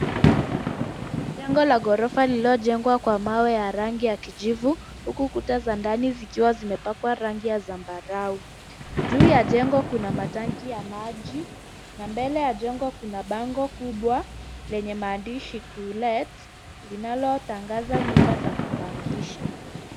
Jengo la ghorofa lililojengwa na mawe ya rangi ya kijivu zikiwa zimepakwa rangi ya zambarau. Juu ya jengo kuna matangi ya maji na mbele ya jengo kuna bango kubwa yenye maandishi, to let ,inayotangaza nyumba za kupangisha.